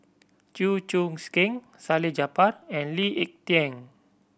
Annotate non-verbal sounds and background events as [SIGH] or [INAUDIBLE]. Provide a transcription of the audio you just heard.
Chew Choo [UNINTELLIGIBLE] Keng Salleh Japar and Lee Ek Tieng